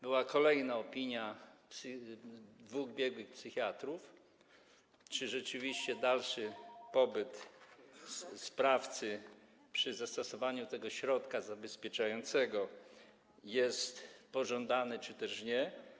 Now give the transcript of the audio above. Były opinie dwóch biegłych psychiatrów, czy rzeczywiście dalszy pobyt sprawcy przy zastosowaniu tego środka zabezpieczającego jest pożądany, czy też nie.